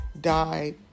died